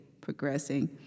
progressing